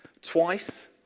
Twice